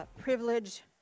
privilege